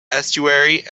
estuary